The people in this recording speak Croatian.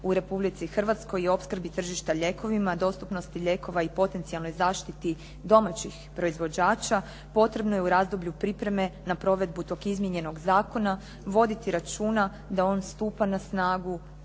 u Republici Hrvatskoj i opskrbi tržišta lijekovima, dostupnosti lijekova i potencijalnoj zaštiti domaćih proizvođača potrebno je u razdoblju pripreme na provedbu tog izmijenjenog zakona voditi računa da on stupa na snagu tri